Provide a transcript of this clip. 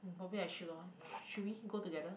go back and shit lor should we go together